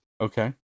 Okay